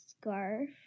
scarf